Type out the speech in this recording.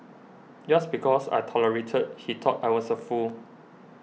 just because I tolerated he thought I was a fool